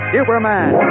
Superman